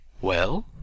Well